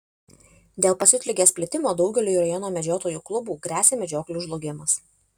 dėl pasiutligės plitimo daugeliui rajono medžiotojų klubų gresia medžioklių žlugimas